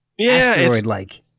asteroid-like